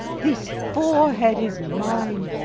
this forehead is mine,